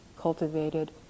cultivated